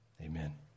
Amen